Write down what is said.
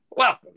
Welcome